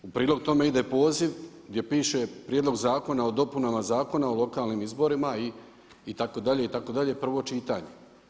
U prilog tome ide poziv gdje piše Prijedlog zakona o dopunama Zakona o lokalnim izborima itd. itd. prvo čitanje.